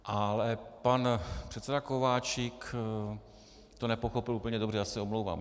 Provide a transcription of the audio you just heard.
Ale pan předseda Kováčik to nepochopil úplně dobře, já se omlouvám.